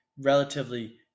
relatively